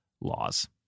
laws